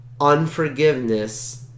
Unforgiveness